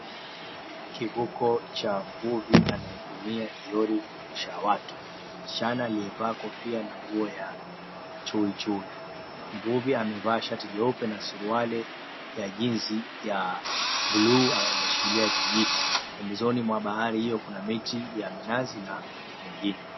Kivuko cha mvuvi anayetumia kiori kuvusha watu, msichana aliyevaa kofia na nguo ya chui chui. Mvuvi amevaa shati jeupe na suruali ya jeans ya buluu ameshikilia kijiti. Pembezoni mwa bahari hio kuna miti ya minazi na mengine.